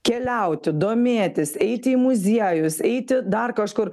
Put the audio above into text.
keliauti domėtis eiti į muziejus eiti dar kažkur